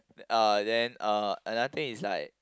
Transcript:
uh then uh another thing is like